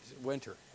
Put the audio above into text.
winter